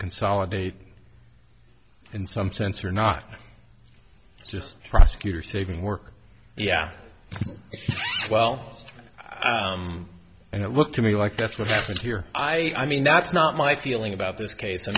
consolidate in some sense or not just prosecutor saving work yeah well and it looked to me like that's what happened here i mean that's not my feeling about this case i